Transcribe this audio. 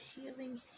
healing